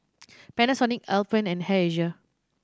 Panasonic Alpen and Air Asia